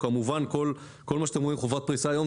כמובן כל מה שאתם רואים כחובת פריסה היום,